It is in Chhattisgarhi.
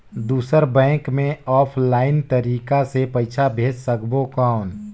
दुसर बैंक मे ऑफलाइन तरीका से पइसा भेज सकबो कौन?